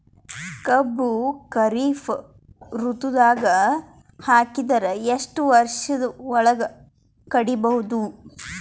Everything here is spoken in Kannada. ಕಬ್ಬು ಖರೀಫ್ ಋತುದಾಗ ಹಾಕಿದರ ಎಷ್ಟ ವರ್ಷದ ಒಳಗ ಕಡಿಬಹುದು?